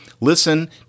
Listen